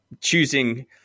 choosing